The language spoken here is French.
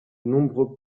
nombreux